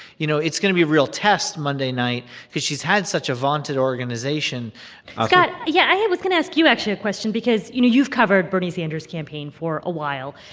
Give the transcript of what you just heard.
you know, it's going to be a real test monday night because she's had such a vaunted organization asma? ah scott, yeah, i was going to ask you, actually, a question because, you know, you've covered bernie sanders' campaign for a while.